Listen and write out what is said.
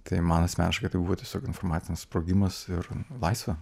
tai man asmeniškai tai buvo tiesiog informacinis sprogimas ir laisvė